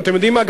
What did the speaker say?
ואתם יודעים מה,